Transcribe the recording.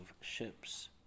ships